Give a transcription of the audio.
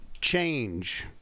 change